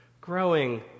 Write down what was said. growing